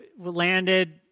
landed